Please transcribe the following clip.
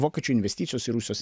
vokiečių investicijos į rusijos